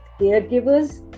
caregivers